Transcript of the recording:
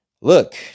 look